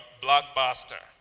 Blockbuster